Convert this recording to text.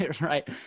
Right